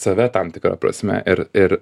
save tam tikra prasme ir ir